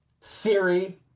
Siri